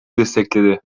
destekledi